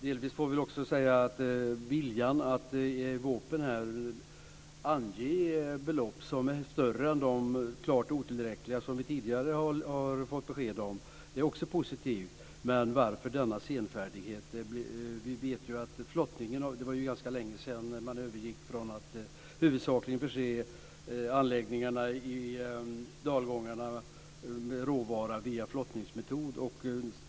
Delvis får vi också säga att viljan att i vårpropositionen ange belopp som är större än de klart otillräckliga som vi tidigare har fått besked om också är positivt. Men varför denna senfärdighet? Det var ju ganska länge sedan man övergick från att huvudsakligen förse anläggningarna i dalgångarna med råvara via flottningsmetod.